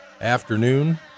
afternoon